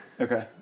Okay